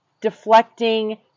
deflecting